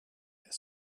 det